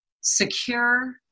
secure